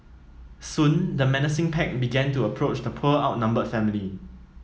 soon the menacing pack began to approach the poor outnumbered family